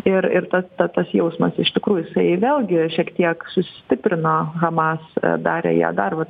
ir ir ta ta tas jausmas iš tikrųjų jisai vėlgi šiek tiek sustiprino hamas darė ją dar vat